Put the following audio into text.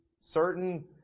Certain